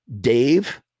Dave